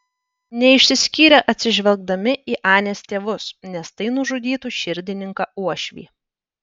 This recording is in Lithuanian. neišsiskyrė atsižvelgdami į anės tėvus nes tai nužudytų širdininką uošvį